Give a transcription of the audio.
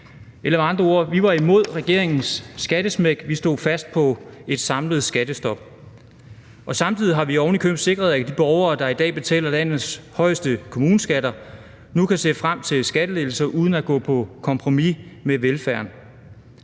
Vi var imod regeringens skattesmæk. Vi stod fast på et samlet skattestop. Samtidig har vi ovenikøbet sikret, at de borgere, der i dag betaler landets højeste kommuneskatter, nu kan se frem til skattelettelser, uden at der bliver gået på kompromis med velfærden.